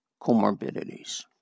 comorbidities